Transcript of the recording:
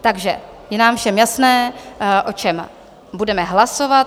Takže je nám všem jasné, o čem budeme hlasovat.